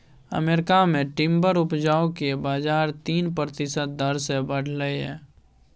America मे timber उपजाक बजार तीन प्रतिशत दर सँ बढ़लै यै